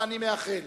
ואני מאחל